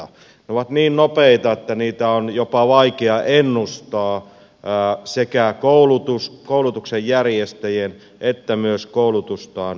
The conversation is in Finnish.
ne ovat niin nopeita että niitä on jopa vaikea ennustaa sekä koulutuksen järjestäjien että myös koulutustaan valitsevien nuorten